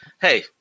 hey